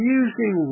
using